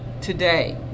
today